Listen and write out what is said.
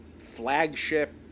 flagship